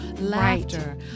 laughter